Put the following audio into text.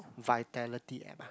Vitality app ah